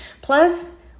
plus